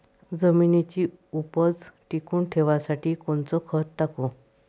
जमिनीची उपज टिकून ठेवासाठी कोनचं खत टाकू?